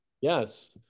Yes